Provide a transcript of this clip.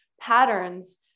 patterns